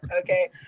Okay